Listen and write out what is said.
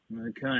Okay